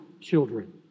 children